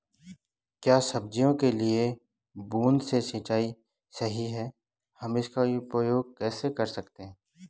क्या सब्जियों के लिए बूँद से सिंचाई सही है हम इसका उपयोग कैसे कर सकते हैं?